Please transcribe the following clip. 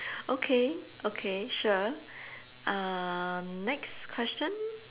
okay okay sure um next question